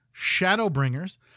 Shadowbringers